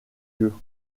yeux